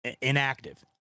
Inactive